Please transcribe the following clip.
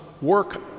work